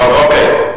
טוב, אוקיי.